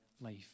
life